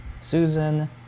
Susan